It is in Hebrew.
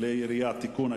הירייה (תיקון,